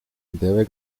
debe